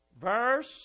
verse